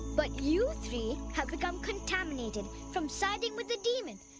but you three have become contaminated from siding with the demon,